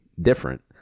different